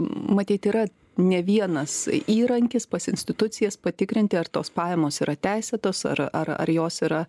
matyt yra ne vienas įrankis pas institucijas patikrinti ar tos pajamos yra teisėtos ar ar jos yra